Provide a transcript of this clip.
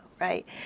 right